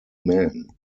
man